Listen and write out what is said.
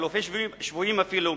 חילופי שבויים אפילו,